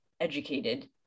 educated